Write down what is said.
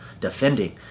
defending